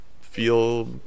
feel